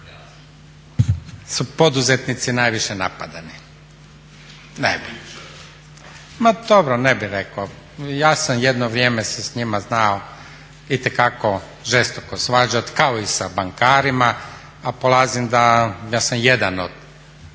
su poduzetnici najviše napadani, ne bi, dobro ne bi rekao. Ja sam jedno vrijeme se s njima znao itekako žestoko svađati kao i sa bankarima, a polazim da sam jedan od